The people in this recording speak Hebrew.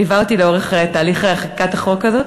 הליווי וההצבעה בעד החוק הזה,